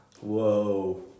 Whoa